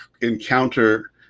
encounter